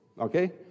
Okay